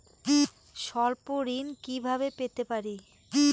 স্বল্প ঋণ কিভাবে পেতে পারি?